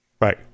Right